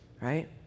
right